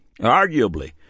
Arguably